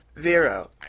zero